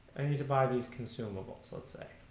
need to buy these consumables sort of so